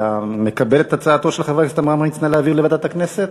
אתה מקבל את הצעתו של חבר הכנסת עמרם מצנע להעביר לוועדת הכנסת,